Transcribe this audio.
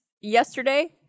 yesterday